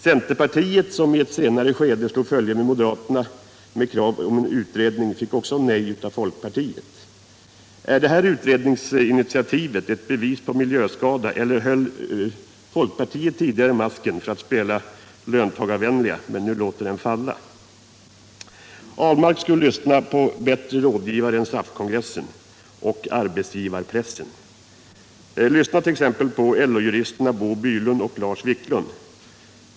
Centerpartiet, som i ett senare skede slog följe med moderaterna med krav om en utredning, fick också nej av folkpartiet. Är det här utredningsinitiativet ett bevis på miljöskada eller höll folkpartiet tidigare masken för att spela löntagarvänligt, medan partiet nu låter masken falla? Per Ahlmark skulle lyssna på bättre rådgivare än SAF-kongressen och arbetsgivarpressen. Lyssna t.ex. på LO-juristerna Bo Bylund och Lars Viklund!